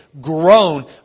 grown